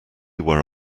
were